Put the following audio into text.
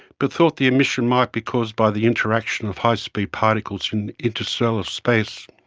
but thought the emission might be caused by the interaction of high speed particles in interstellar space.